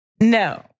No